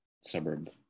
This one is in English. suburb